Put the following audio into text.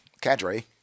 cadre